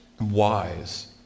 wise